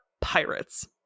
pirates